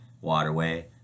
waterway